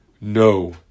No